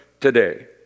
today